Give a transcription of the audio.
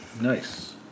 Nice